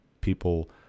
people